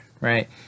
right